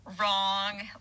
wrong